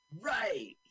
Right